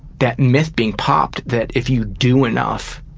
that myth being popped that if you do enough,